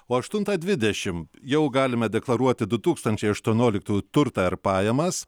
o aštuntą dvidešim jau galime deklaruoti du tūkstančiai aštuonioliktųjų turtą ir pajamas